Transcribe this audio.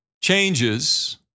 changes